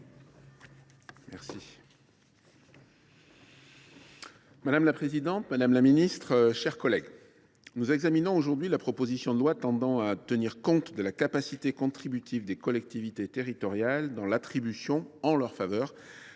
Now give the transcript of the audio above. Madame la présidente, madame la ministre, mes chers collègues, nous examinons aujourd’hui la proposition de loi tendant à tenir compte de la capacité contributive des collectivités territoriales dans l’attribution des subventions